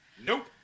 Nope